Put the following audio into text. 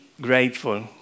grateful